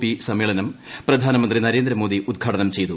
P സമ്മേളനം പ്രധാനമന്ത്രി നരേന്ദ്രമോദി ഉദ്ഘാടനം ചെയ്തു